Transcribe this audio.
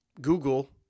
Google